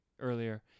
earlier